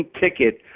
ticket